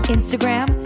Instagram